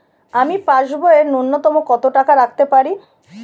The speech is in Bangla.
আমি পাসবইয়ে ন্যূনতম কত টাকা রাখতে পারি?